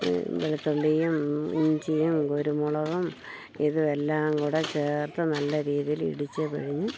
വെളുത്തുള്ളിയും ഇഞ്ചിയും കുരുമുളവും ഇതെല്ലാം കൂടെ ചേർത്തു നല്ല രീതിയിൽ ഇടിച്ചു പിഴിഞ്ഞു